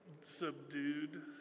subdued